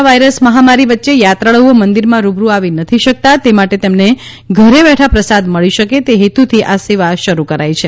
corona virus મહામારી વચ્ચે યાત્રાળુઓ મંદિરમાં રૂબરૂ આવી નથી શકતા તે માટે તેમને ઘરે બેઠા પ્રસાદ મળી શકે તે હેતુથી આ સેવા શરૂ કરાઇ છે